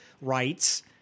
rights –